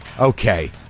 okay